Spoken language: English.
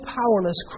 powerless